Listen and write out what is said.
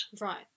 Right